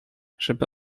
żeby